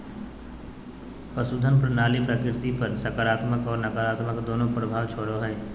पशुधन प्रणाली प्रकृति पर सकारात्मक और नकारात्मक दोनों प्रभाव छोड़ो हइ